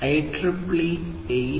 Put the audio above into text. IEEE 802